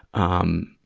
um,